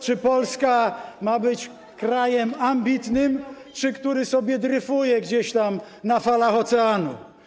Czy Polska ma być krajem ambitnym, czy krajem, który sobie dryfuje gdzieś tam na falach oceanu?